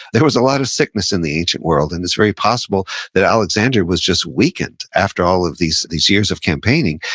there was a lot of sickness in the ancient world, and it's very possible that alexander was just weakened after all of these these years of campaigning,